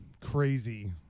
crazy